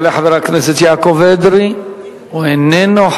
יעלה חבר הכנסת יעקב אדרי, הוא איננו.